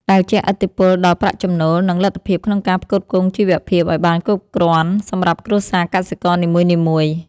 ដែលជះឥទ្ធិពលដល់ប្រាក់ចំណូល និងលទ្ធភាពក្នុងការផ្គត់ផ្គង់ជីវភាពឱ្យបានគ្រប់គ្រាន់សម្រាប់គ្រួសារកសិករនីមួយៗ។